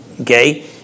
okay